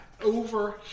Over